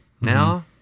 Now